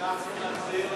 דקות